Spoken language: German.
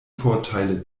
vorteile